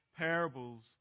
parables